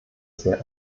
sehr